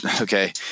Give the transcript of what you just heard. okay